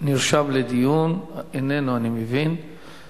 נרשם לדיון, אני מבין שהוא איננו.